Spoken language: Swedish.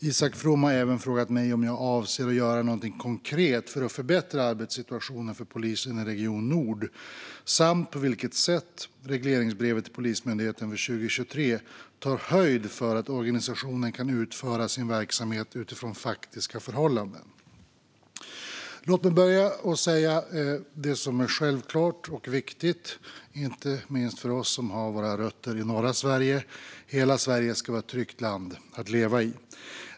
Isak From har även frågat mig om jag avser att göra någonting konkret för att förbättra arbetssituationen för polisen i region Nord samt på vilket sätt regleringsbrevet till Polismyndigheten för 2023 tar höjd för att organisationen kan utföra sin verksamhet utifrån faktiska förhållanden. Låt mig börja med att säga det som är självklart och viktigt, inte minst för oss som har våra rötter i norra Sverige: Hela Sverige ska vara ett tryggt land att leva i.